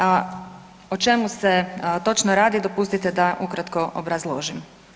A o čemu se točno radi dopustite da ukratko obrazložim.